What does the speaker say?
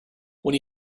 when